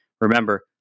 remember